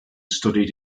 studied